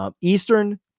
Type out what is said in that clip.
Eastern